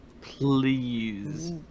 Please